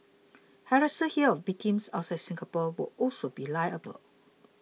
harassers here of victims outside Singapore will also be liable